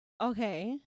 okay